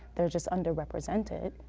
they're just under represented.